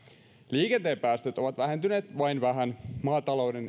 liikenteen päästöt ovat vähentyneet vain vähän maatalouden